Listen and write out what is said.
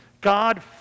God